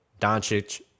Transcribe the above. Doncic